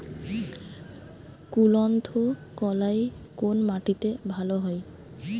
কুলত্থ কলাই কোন মাটিতে ভালো হয়?